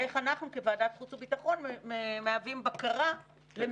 ואיך אנחנו כוועדת החוץ והביטחון מהווים בקרה למימוש החלטות.